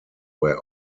where